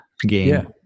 game